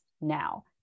now